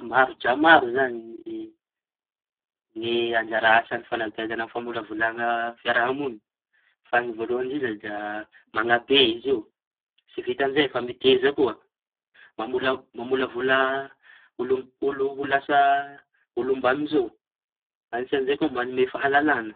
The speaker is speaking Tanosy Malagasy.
Maro dra maro zañy ny ny anjara asañy fanabeazaña amy famolavolaña fiaraha-moniña. Fa ny voalohañy indrindra da mañabe izy io. Tsy vitan'izay fa miteza koa, mamola- mamolavola olo olo ho lasa olomnaño zao; anisañ'izay koa manome fahalalaña.